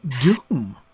doom